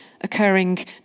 occurring